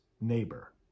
neighbor